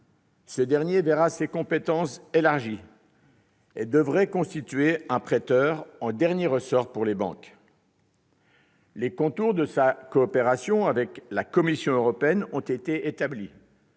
Ce dernier verra ses compétences élargies et devrait devenir un prêteur en dernier ressort pour les banques. Les contours de sa coopération avec la Commission européenne ont été établis.